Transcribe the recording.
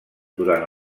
durant